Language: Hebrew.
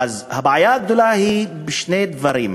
הבעיה הגדולה היא בשני דברים: